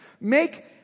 Make